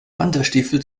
wanderstiefel